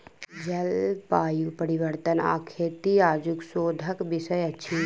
जलवायु परिवर्तन आ खेती आजुक शोधक विषय अछि